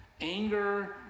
anger